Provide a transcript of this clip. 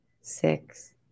six